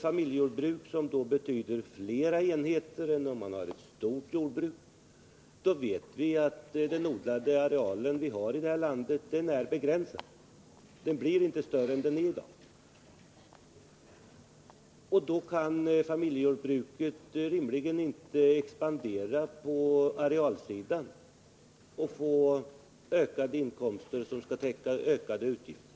Familjejordbruket betyder fler enheter än om man har ett stort jordbruk. Och vi vet att den odlade arealen här i landet är begränsad — den blir inte större än den är i dag. Då kan familjejordbruket rimligen inte expandera på arealsidan och på det sättet få ökade inkomster som täcker ökade utgifter.